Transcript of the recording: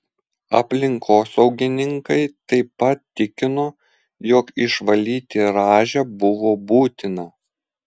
aplinkosaugininkai taip pat tikino jog išvalyti rąžę buvo būtina